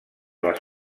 les